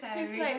he's like